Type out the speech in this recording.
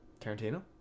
Tarantino